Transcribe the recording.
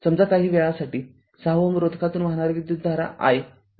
समजा काही वेळासाठी६ Ω रोधकातून वाहणारी विद्युतधारा i महत्वाची आहे